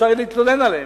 אפשר יהיה להתלונן עליהם,